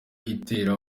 itera